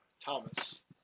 Thomas